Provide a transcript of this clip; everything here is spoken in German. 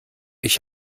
ich